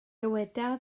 dyweda